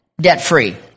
debt-free